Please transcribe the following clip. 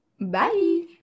Bye